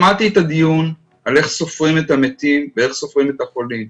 שמעתי את הדיון על איך סופרים את המתים ואיך סופרים את החולים.